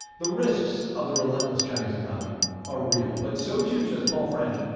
the risks of the relentless chinese economy are real. but so too, says paul french,